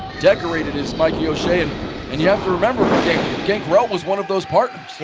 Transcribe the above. decorated is mikey o'shea and and you have to remember gangrel was one of those partners.